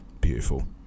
Beautiful